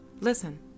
listen